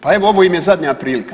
Pa evo, ovo im je zadnja prilika.